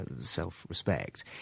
self-respect